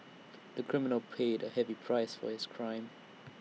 the criminal paid A heavy price for his crime